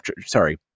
sorry